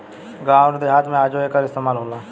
गावं अउर देहात मे आजो एकर इस्तमाल होला